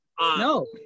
No